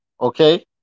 Okay